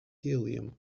helium